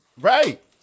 Right